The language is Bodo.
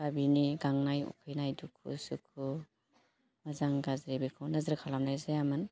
ना बिनि गांनाय उखैनाय दुखु सुखु मोजां गाज्रि बेखौ नोजोर खालामनाय जायामोन